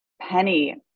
Penny